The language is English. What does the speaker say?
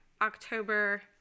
October